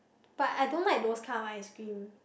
but I don't like those kind of ice cream